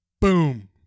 Boom